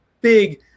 big